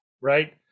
right